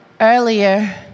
Earlier